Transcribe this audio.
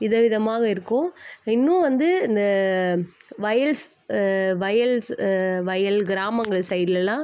விதவிதமாக இருக்கும் இன்னும் வந்து இந்த வயல்ஸ் வயல்ஸ் வயல் கிராமங்கள் சைட்லெல்லாம்